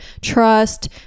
trust